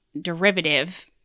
derivative